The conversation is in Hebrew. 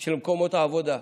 של מקומות העבודה.